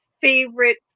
favorite